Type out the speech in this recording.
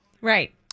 right